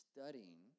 Studying